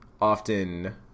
often